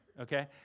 okay